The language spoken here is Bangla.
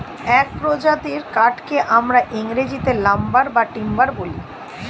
এক প্রজাতির কাঠকে আমরা ইংরেজিতে লাম্বার বা টিম্বার বলি